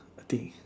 I think